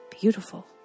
Beautiful